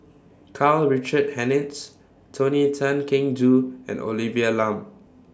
Karl Richard Hanitsch Tony Tan Keng Joo and Olivia Lum